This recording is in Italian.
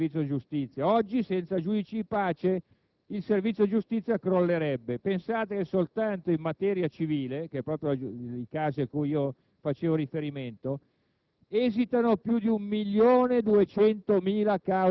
per quanto riguarda appunto l'erogazione del servizio giustizia; oggi, senza giudici di pace, il servizio giustizia crollerebbe. Soltanto in materia civile (che è proprio il caso a cui facevo riferimento)